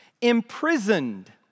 imprisoned